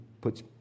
puts